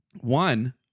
One